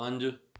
ਪੰਜ